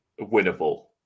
winnable